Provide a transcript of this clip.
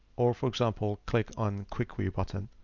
or for example, click on quickly button,